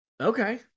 Okay